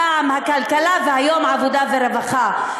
פעם הכלכלה והיום העבודה והרווחה.